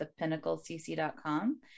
thepinnaclecc.com